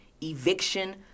eviction